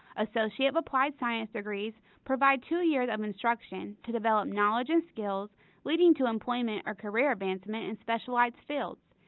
associate of applied science degrees provide two years of instruction to develop knowledge and skills leading to employment or career advancement in specialized fields.